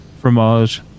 Fromage